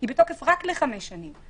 היא בתוקף רק לחמש שנים.